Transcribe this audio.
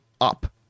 up